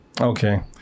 Okay